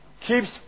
keeps